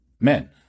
men